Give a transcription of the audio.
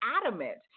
adamant